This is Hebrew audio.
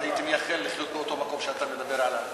הייתי מייחל לחיות באותו מקום שאתה מדבר עליו.